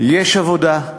יש עבודה.